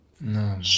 No